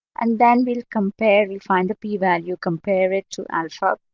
and then we'll compare. we find the p-value, compare it to our